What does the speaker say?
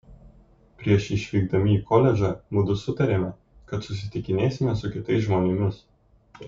prieš išvykdami į koledžą mudu sutarėme kad susitikinėsime su kitais žmonėmis